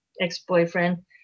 ex-boyfriend